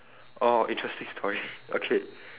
orh interesting story okay